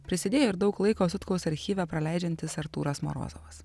prisidėjo ir daug laiko sutkaus archyve praleidžiantis artūras morozovas